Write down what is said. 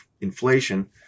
inflation